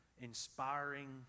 inspiring